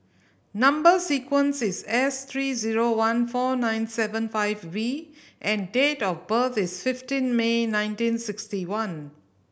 number sequence is S three zero one four nine seven five V and date of birth is fifteen May nineteen sixty one